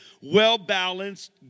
well-balanced